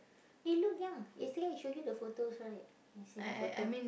they look young yesterday I showed you the photos right yesterday the photo